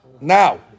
now